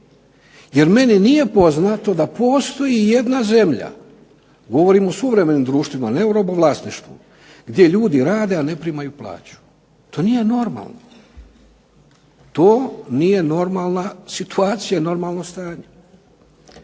jer meni nije poznato da postoji ijedna zemlja, govorim o suvremenim društvima, ne o robovlasništvu, gdje ljudi rade, a ne primaju plaću. To nije normalno. To nije normalna situacija, normalno stanje.